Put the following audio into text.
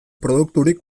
produkturik